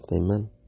Amen